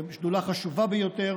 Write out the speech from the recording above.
שדולה חשובה ביותר,